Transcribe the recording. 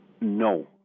No